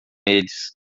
eles